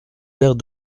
perte